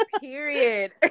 period